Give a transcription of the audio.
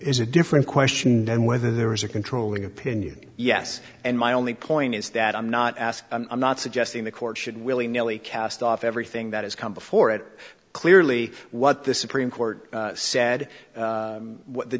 is a different question than whether there was a controlling opinion yes and my only point is that i'm not asked i'm not suggesting the court should willy nilly cast off everything that has come before it clearly what the supreme court said